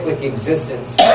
existence